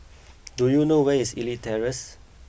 do you know where is Elite Terrace